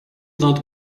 not